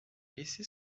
laissé